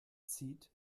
zieht